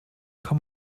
kann